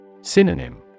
Synonym